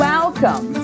Welcome